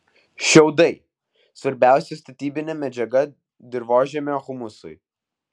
šiaudai svarbiausia statybinė medžiaga dirvožemio humusui